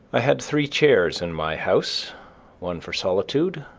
i had three chairs in my house one for solitude,